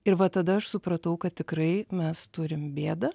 ir va tada aš supratau kad tikrai mes turim bėdą